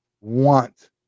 want